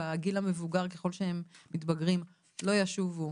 בגיל המבוגר ככל שהם מתבגרים לא ישובו